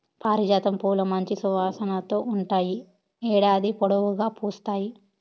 పారిజాతం పూలు మంచి సువాసనతో ఉంటాయి, ఏడాది పొడవునా పూస్తాయి